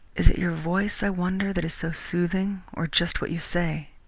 is it your voice, i wonder, that is so soothing, or just what you say?